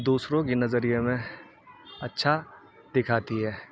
دوسروں کے نظریے میں اچھا دکھاتی ہے